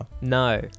No